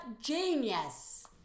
genius